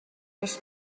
les